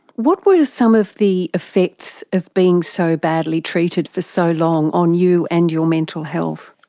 what were some of the effects of being so badly treated for so long on you and your mental health?